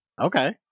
Okay